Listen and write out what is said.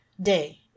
day